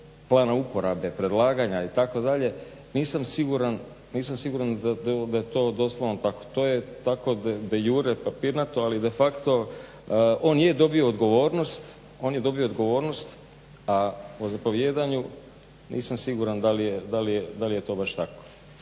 plana uporabe, predlaganja itd. nisam siguran da je to doslovno tako. To je tako de jure papirnato, ali de facto on je dobio odgovornost, a o zapovijedanju nisam siguran da li je to baš tako.